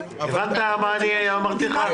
הבנת מה אני אמרתי לך?